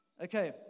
Okay